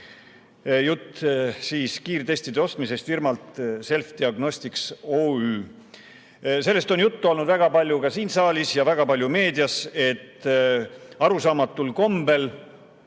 Jutt käib kiirtestide ostmisest firmalt Selfdiagnostics OÜ.Sellest on juttu olnud väga palju siin saalis ja väga palju ka meedias, et arusaamatul kombel